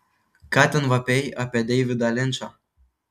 ką ten vapėjai apie deividą linčą